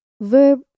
verb